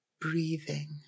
breathing